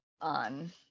on